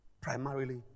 primarily